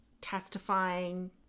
testifying